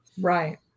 Right